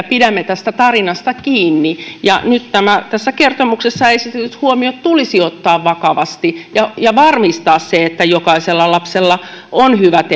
pidämme tästä tarinasta kiinni nyt tässä kertomuksessa esitetyt huomiot tulisi ottaa vakavasti ja ja varmistaa se että jokaisella lapsella on hyvät